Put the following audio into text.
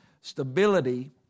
stability